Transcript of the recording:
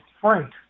Frank